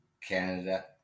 Canada